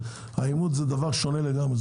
האימות זה דבר שונה לגמרי,